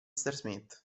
smith